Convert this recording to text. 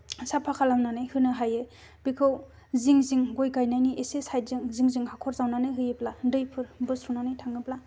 साफा खालामनानै होनो हायो बेखौ जिं जिं गय गायनायनि एसे साइडजों जिं जिं हाखर जावनानै होयोब्ला दैफोर बोस्र'नानै थाङोब्ला